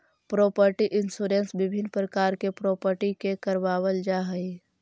property insurance विभिन्न प्रकार के प्रॉपर्टी के करवावल जाऽ हई